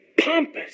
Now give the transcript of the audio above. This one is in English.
pompous